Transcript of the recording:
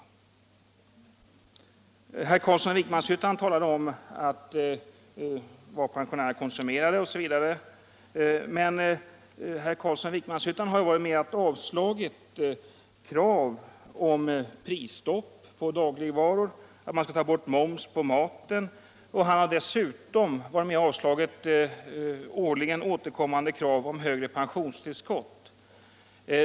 Herr Carlsson i Vikmanshyttan talade om vad pen sionärerna konsumerade osv. Men herr Carlsson i Vikmanshyttan har ju varit med om att avslå krav på prisstopp på dagligvaror — att man skulle ta bort moms på maten. Han har dessutom varit med om att avslå årligen återkommande krav på högre pensionstillskott.